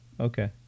okay